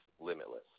limitless